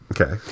Okay